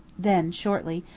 then shortly,